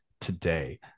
today